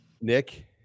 Nick